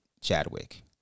Chadwick